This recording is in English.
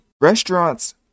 Restaurants